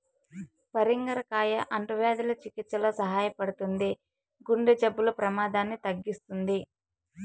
పరింగర కాయ అంటువ్యాధుల చికిత్సలో సహాయపడుతుంది, గుండె జబ్బుల ప్రమాదాన్ని తగ్గిస్తుంది